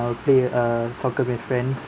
I'll play uh soccer with my friends